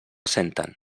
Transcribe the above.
senten